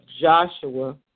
Joshua